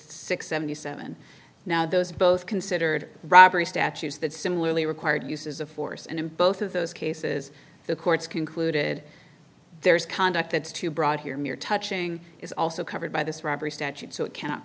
six seventy seven now those both considered robbery statues that similarly required uses of force and in both of those cases the courts concluded there's conduct that's too broad here mere touching is also covered by this robbery statute so it can